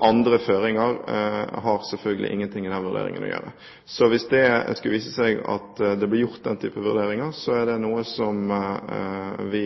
Andre føringer har selvfølgelig ingenting i den vurderingen å gjøre. Så hvis det skulle vise seg at det blir gjort den type vurderinger, kommer vi